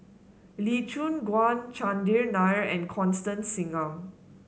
Lee Choon Guan Chandran Nair and Constance Singam